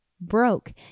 broke